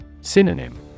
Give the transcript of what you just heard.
Synonym